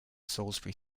salisbury